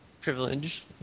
privilege